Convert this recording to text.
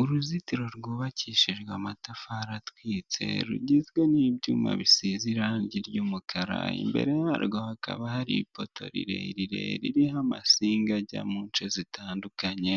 Uruzitiro rwubakishijwe amatafari atwitse, rugizwe n'ibyuma bisi irangi ry'umukara, imbere yarwo hakaba hari ipoto rirerire ririho amasinga ajya mu nce zitandukanye,